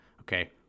Okay